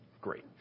Great